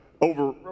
over